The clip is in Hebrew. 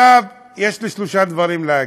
יש לי שלושה דברים להגיד.